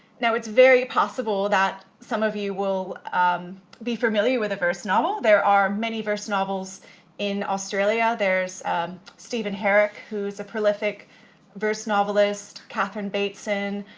now, it's very possible that some of you will um be familiar with a verse novel. there are many verse novels in australia. there's steven herrick who's a prolific verse novelist, catherine bateson,